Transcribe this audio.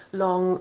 long